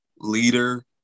leader